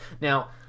Now